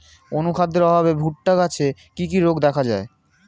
অনুখাদ্যের অভাবে ভুট্টা গাছে কি কি রোগ দেখা যায়?